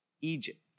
Egypt